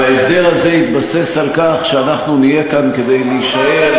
וההסדר הזה יתבסס על כך שאנחנו נהיה כאן כדי להישאר.